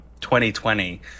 2020